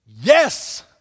Yes